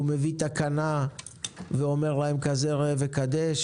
הוא מביא תקנה ואומר להם כזה ראה וקדש.